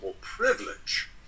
privilege